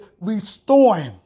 restoring